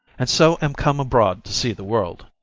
and so am come abroad to see the world.